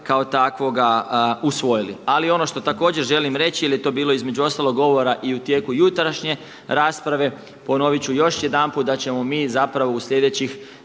kao takvoga usvojili. Ali ono što također želim reći, jer je to bilo između ostalog govora i u tijeku jutrašnje rasprave. Ponovit ću još jedanput da ćemo mi zapravo u sljedećih